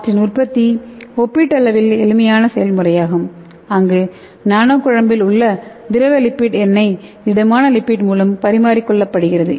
அவற்றின் உற்பத்தி ஒப்பீட்டளவில் எளிமையான செயல்முறையாகும் அங்கு நானோ குழம்பில் உள்ள திரவ லிப்பிட் எண்ணெய் திடமான லிப்பிட் மூலம் பரிமாறிக்கொள்ளப்படுகிறது